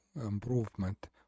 improvement